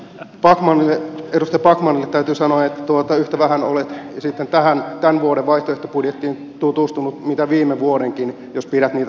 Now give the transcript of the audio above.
edustaja backmanille täytyy sanoa että yhtä vähän olet sitten tämän vuoden vaihtoehtobudjettiin tutustunut kuin viime vuodenkin jos pidät niitä samanlaisina